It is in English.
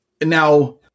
now